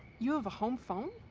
you have a home phone?